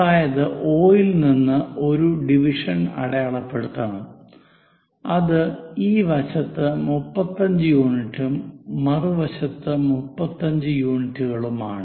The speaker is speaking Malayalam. അതായത് O ൽ നിന്ന് ഒരു ഡിവിഷൻ അടയാളപ്പെടുത്തണം അത് ഈ വശത്ത് 35 യൂണിറ്റും മറുവശത്ത് 35 യൂണിറ്റുകളുമാണ്